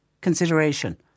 consideration